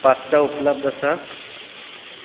pasta उपलब्ध आसा